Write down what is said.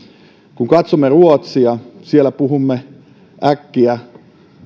kun katsomme ruotsia siellä puhumme äkkiä